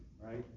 right